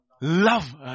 love